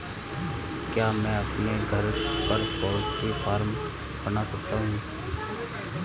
क्या मैं अपने घर पर पोल्ट्री फार्म बना सकता हूँ?